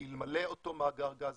כי אלמלא אותו מאגר גז